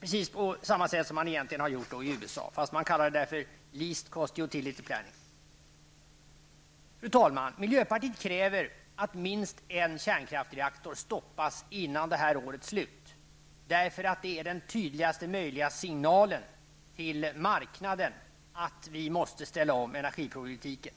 Precis på samma sätt har man egentligen gjort i USA fast man kallar det där för least costutility planning. Fru talman! Miljöpartiet kräver att minst en kärnkraftreaktor stoppas innan det här årets slut. Det är den tydligaste möjliga signalen till marknaden att vi måste ställa om energipolitiken.